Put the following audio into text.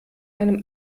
einem